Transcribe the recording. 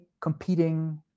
competing